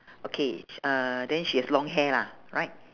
okay sh~ uh then she has long hair lah right